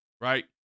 right